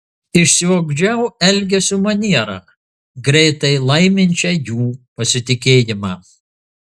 išsiugdžiau elgesio manierą greitai laiminčią jų pasitikėjimą